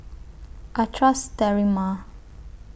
I Trust Sterimar